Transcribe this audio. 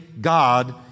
God